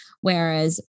whereas